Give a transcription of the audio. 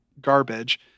garbage